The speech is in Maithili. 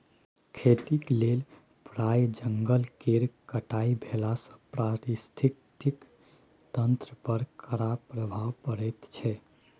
खेतीक लेल प्राय जंगल केर कटाई भेलासँ पारिस्थितिकी तंत्र पर खराप प्रभाव पड़ैत छै